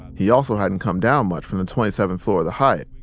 he also hadn't come down much from the twenty seventh floor of the hyatt.